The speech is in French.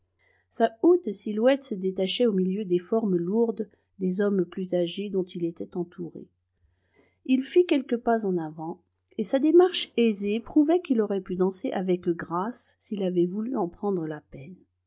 sa haute silhouette se détachait au milieu des formes lourdes des hommes plus âgés dont il était entouré il fit quelques pas en avant et sa démarche aisée prouvait qu'il aurait pu danser avec grâce s'il avait voulu en prendre la peine